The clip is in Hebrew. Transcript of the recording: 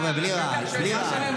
חבר'ה, בלי רעל, בלי רעל.